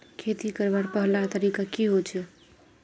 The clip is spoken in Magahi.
खेती करवार पहला तरीका की होचए?